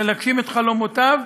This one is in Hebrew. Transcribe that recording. להגשים את חלומותיו,